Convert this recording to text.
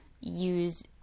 Use